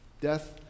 Death